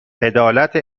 عدالت